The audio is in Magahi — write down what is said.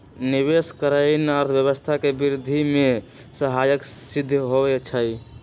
निवेश करनाइ अर्थव्यवस्था के वृद्धि में सहायक सिद्ध होइ छइ